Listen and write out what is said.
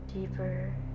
Deeper